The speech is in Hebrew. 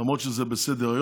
למרות שזה בסדר-היום,